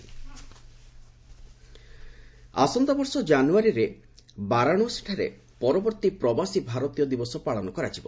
ପ୍ରବାସୀ ଦିବସ ଆସନ୍ତା ବର୍ଷ କାନୁୟାରୀରେ ବାରାଣସୀଠାରେ ପରବର୍ତ୍ତୀ ପ୍ରବାସୀ ଭାରତୀୟ ଦିବସ ପାଳନ କରାଯିବ